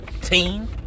team